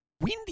Windy